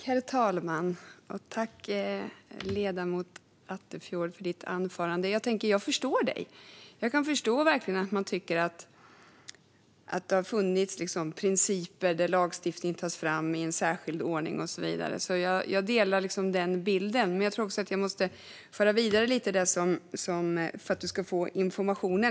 Herr talman! Jag tackar ledamoten Attefjord för anförandet. Jag förstår dig och delar din bild av att det finns en särskild ordning för hur lagstiftning tas fram. Men det är viktigt med rätt information.